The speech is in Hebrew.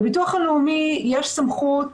לביטוח הלאומי יש סמכות,